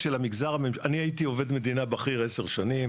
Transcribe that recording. אני הייתי עובד מדינה בכיר עשר שנים.